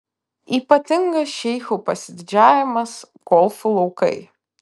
ypatingas šeichų pasididžiavimas golfo laukai